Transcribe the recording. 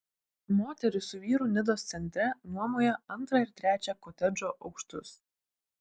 moteris su vyru nidos centre nuomoja antrą ir trečią kotedžo aukštus